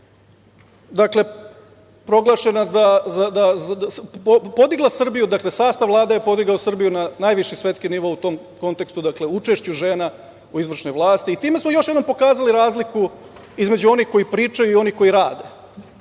odnosno sastav Vlade je podigao Srbiju na najviši svetski nivo u tom kontekstu, učešću žena u izvršnoj vlasti. Time smo još jednom pokazali razliku između onih koji pričaju i onih koji rade.